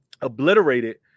obliterated